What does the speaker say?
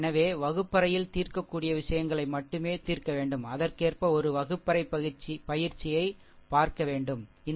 எனவே வகுப்பறையில் தீர்க்கக்கூடிய விஷயங்களை மட்டுமே தீர்க்க வேண்டும் அதற்கேற்ப ஒரு வகுப்பறை பயிற்சியை பார்க்க வேண்டும் சரி